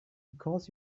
because